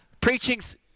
preaching's